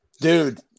dude